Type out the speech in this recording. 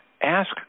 ask